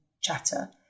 chatter